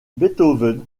beethoven